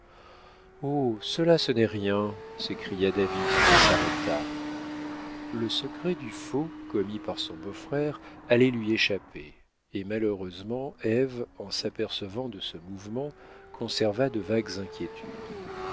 oh cela ce n'est rien s'écria david qui s'arrêta le secret du faux commis par son beau-frère allait lui échapper et malheureusement ève en s'apercevant de ce mouvement conserva de vagues inquiétudes